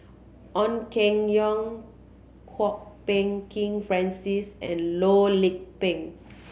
Ong Keng Yong Kwok Peng Kin Francis and Loh Lik Peng